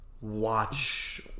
watch